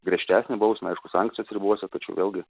griežtesnę bausmę aišku sankcijos ribose tačiau vėlgi